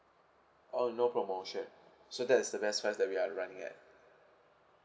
oh no promotion so that is the best price that we're running at